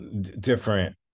different